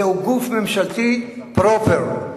זהו גוף ממשלתי פרופר.